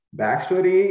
backstory